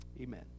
Amen